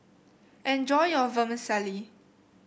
enjoy your Vermicelli